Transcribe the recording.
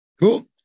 Cool